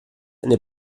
eine